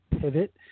pivot